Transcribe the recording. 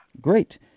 Great